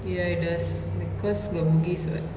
ya it does because got bugis [what]